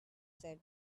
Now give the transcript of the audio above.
said